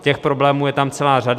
Těch problémů je tam celá řada.